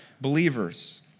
believers